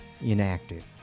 inactive